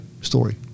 story